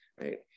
right